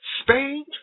Spain